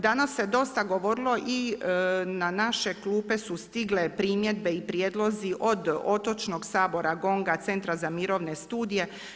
Danas se dosta govorilo i na naše klupe su stigle primjedbe i prijedlozi od Otočnog sabora, GONG-a , Centra za mirovne studije.